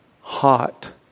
Hot